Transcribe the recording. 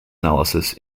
analysis